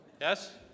Yes